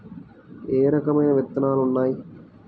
ఏ రకమైన విత్తనాలు ఉన్నాయి?